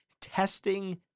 testing